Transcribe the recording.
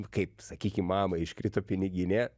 kaip sakykim mamai iškrito piniginė